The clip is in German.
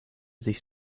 sich